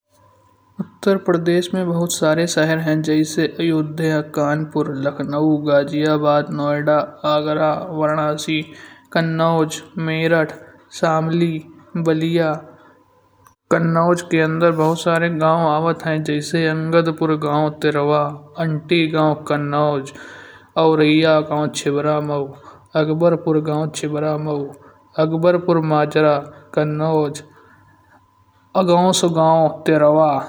उत्तर प्रदेश में बहुत सारे शहर हैं। जैसे अयोध्या, कानपुर, लखनऊ, गाज़ियाबाद, नोएडा, आगरा, वाराणसी, कन्नौज, मेरठ, शामली, बलिया। कन्नौज के अंदर बहुत सारे गाँव आवत हैं। जैसे अंगदपुर गाँव तिरवा आंटी गाँव कन्नौज, औरैया गाँव, छिबरामऊ, अकबरपुर गाँव, छिबरामऊ, अकबरपुर, मजरा, कन्नौज, आगोस गाँव, तिरवा।